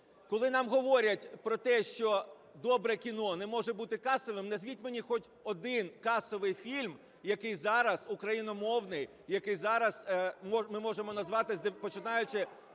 Коли нам говорять про те, що добре кіно не може бути касовим, назвіть мені хоч один касовий фільм, який зараз україномовний, який зараз ми можемо назвати, починаючи